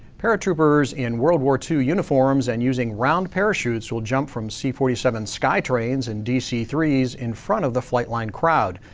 paratroopers in world war ii uniforms and using round parachutes will jump from c forty seven skytrains and dc three s in front of the flightline crowd.